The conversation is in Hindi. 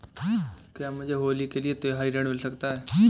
क्या मुझे होली के लिए त्यौहारी ऋण मिल सकता है?